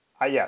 Yes